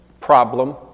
problem